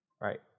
right